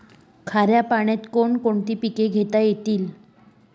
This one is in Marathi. खाऱ्या पाण्यात कोण कोणती पिके घेता येतील?